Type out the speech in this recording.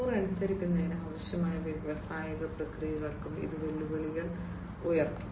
0 അനുസരിക്കുന്നതിന് ആവശ്യമായ വ്യാവസായിക പ്രക്രിയകൾക്കും ഇത് വെല്ലുവിളികൾ ഉയർത്തും